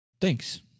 thanks